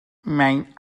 mijn